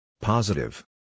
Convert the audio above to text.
Positive